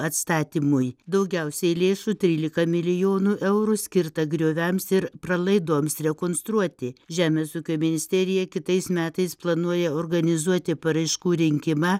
atstatymui daugiausiai lėšų trylika milijonų eurų skirta grioviams ir pralaidoms rekonstruoti žemės ūkio ministerija kitais metais planuoja organizuoti paraiškų rinkimą